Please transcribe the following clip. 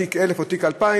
תיק 1000 או תיק 2000,